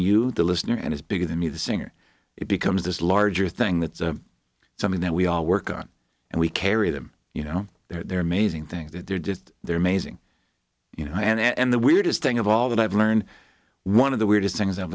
you the listener and is bigger than me the singer it becomes this larger thing that's something that we all work on and we carry them you know they're amazing things that they're just they're amazing you know and the weirdest thing of all that i've learned one of the weirdest